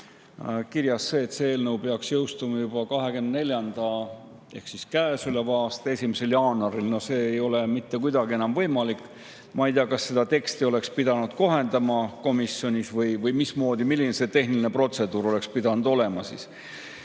kirjas, et see eelnõu peaks jõustuma juba 2024. ehk siis käesoleva aasta 1. jaanuaril. No see ei ole mitte kuidagi enam võimalik. Ma ei tea, kas seda teksti oleks pidanud kohendama komisjonis või milline see tehniline protseduur oleks pidanud olema.